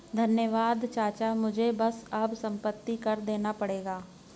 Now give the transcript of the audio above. धन्यवाद चाचा मुझे बस अब संपत्ति कर देना पड़ेगा